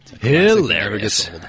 Hilarious